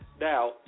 now